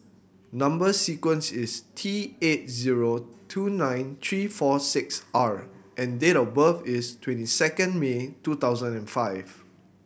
number sequence is T eight zero two nine three four six R and date of birth is twenty second May two thousand and five